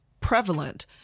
prevalent